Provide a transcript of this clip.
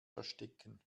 verstecken